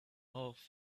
off